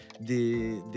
des